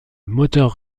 moteur